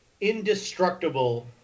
Indestructible